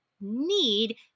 need